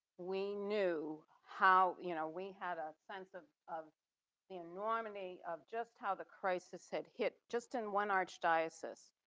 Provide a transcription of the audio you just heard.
we knew how you know we had a sense of of the enormity of just how the crisis had hit just in one archdiocese.